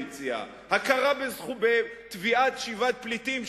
הכרה בתביעת שיבת פליטים,